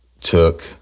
took